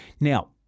Now